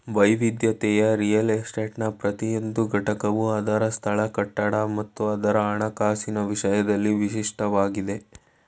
ವೈವಿಧ್ಯತೆಯ ರಿಯಲ್ ಎಸ್ಟೇಟ್ನ ಪ್ರತಿಯೊಂದು ಘಟಕವು ಅದ್ರ ಸ್ಥಳ ಕಟ್ಟಡ ಮತ್ತು ಅದ್ರ ಹಣಕಾಸಿನ ವಿಷಯದಲ್ಲಿ ವಿಶಿಷ್ಟವಾಗಿದಿ